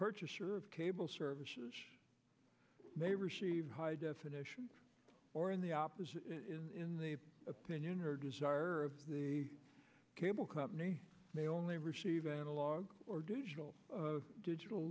purchaser of cable services they receive high definition or in the opposite in the opinion or desire of the cable company they only receive analog or digital digital